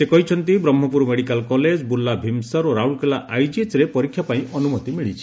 ସେ କହିଛନ୍ତି Brahmapur medical college Burla VIMSAR ଓ ରାଉରକେଲା ଆଇଜିଏଚ୍ରେ ପରୀକ୍ଷା ପାଇଁ ଅନୁମତି ମିଳିଛି